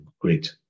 great